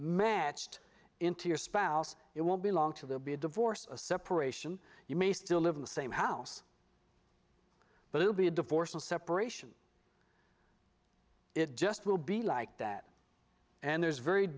matched into your spouse it won't be long to there be a divorce separation you may still live in the same house but it'll be a divorce and separation it just will be like that and there's very